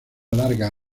larga